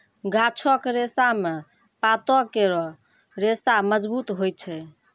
गाछो क रेशा म पातो केरो रेशा मजबूत होय छै